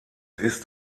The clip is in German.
ist